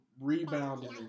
rebounding